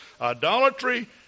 idolatry